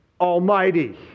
Almighty